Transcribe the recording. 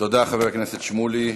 תודה לחבר הכנסת שמולי.